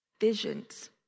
Visions